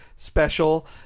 special